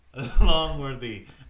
Longworthy